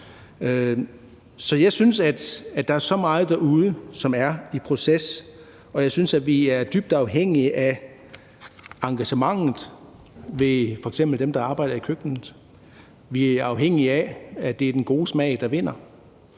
Så jeg synes, at der er så meget derude, som er i proces, og jeg synes, at vi er dybt afhængige af engagementet hos f.eks. dem, der arbejder i køkkenet. Vi er afhængige af, at det er den gode smag, der vinder.